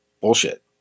bullshit